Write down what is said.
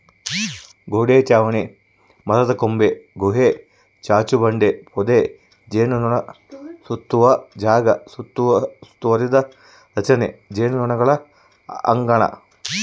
ಗೋಡೆ ಚಾವಣಿ ಮರದಕೊಂಬೆ ಗುಹೆ ಚಾಚುಬಂಡೆ ಪೊದೆ ಜೇನುನೊಣಸುತ್ತುವ ಜಾಗ ಸುತ್ತುವರಿದ ರಚನೆ ಜೇನುನೊಣಗಳ ಅಂಗಳ